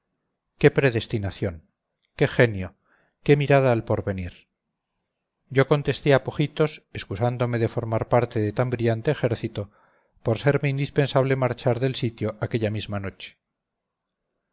qué predestinación qué genio qué mirada al porvenir yo contesté a pujitos excusándome de formar parte de tan brillante ejército por serme indispensable marchar del sitio aquella misma noche